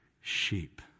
sheep